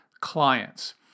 clients